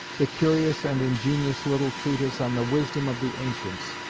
the curious and ingenious little treatise on the wisdom of the ancients,